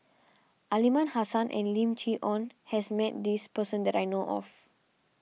Aliman Hassan and Lim Chee Onn has met this person that I know of